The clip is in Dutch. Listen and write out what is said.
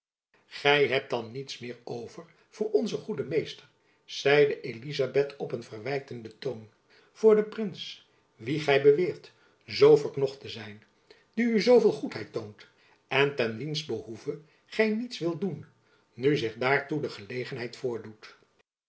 gy hebt dan niets meer over voor onzen goeden meester zeide elizabeth op een verwijtenden toon voor dien prins wien gy beweert zoo verknocht te zijn die u zoo veel goedheid toont en ten wiens behoeve gy niets wilt doen nu zich daartoe de gelegenheid voordoet